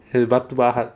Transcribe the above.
batu pahat